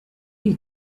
you